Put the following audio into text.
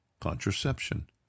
contraception